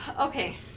Okay